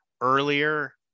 earlier